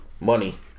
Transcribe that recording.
Money